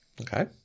Okay